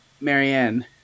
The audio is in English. Marianne